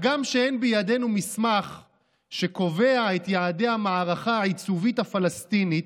הגם שאין בידינו מסמך שקובע את יעדי המערכה העיצובית הפלסטינית,